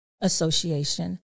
Association